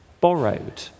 borrowed